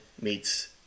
meets